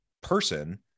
person